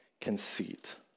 conceit